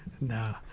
No